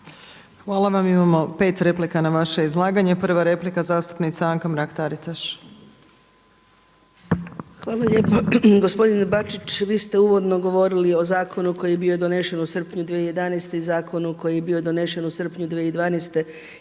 Hvala vam. Imamo 5 replika na vaše izlaganje. Prva replika zastupnica Anka Mrak Taritaš. **Mrak-Taritaš, Anka (HNS)** Hvala lijepa. Gospodine Bačić, vi ste uvodno govorili o zakonu koji je bio donesen u srpnju 2011. i zakonu koji je bio donesen u srpnju 2012.